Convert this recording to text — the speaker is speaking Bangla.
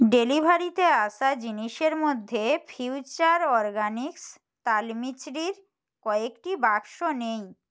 ডেলিভারিতে আসা জিনিসের মধ্যে ফিউচার অরগ্যানিকস তাল মিছরির কয়েকটি বাক্স নেই